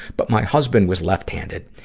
but my husband was left-handed.